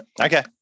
Okay